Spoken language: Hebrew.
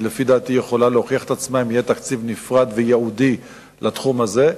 לפי דעתי יכולה להוכיח את עצמה אם יהיה תקציב נפרד וייעודי לתחום הזה.